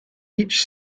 each